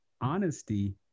honesty